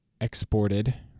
exported